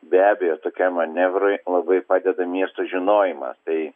be abejo tokiam manevrui labai padeda miesto žinojimas tai